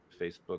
Facebook